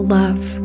love